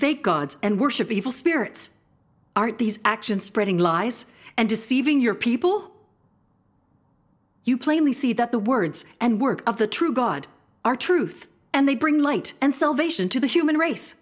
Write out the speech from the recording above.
fake gods and worship evil spirits aren't these actions spreading lies and deceiving your people you plainly see that the words and work of the true god are truth and they bring light and salvation to the human race